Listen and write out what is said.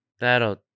that'll